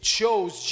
chose